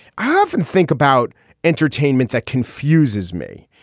i often think about entertainment that confuses me.